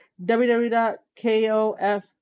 www.kof